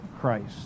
Christ